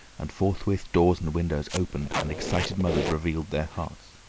and forthwith doors and windows opened and excited mothers revealed their hearts.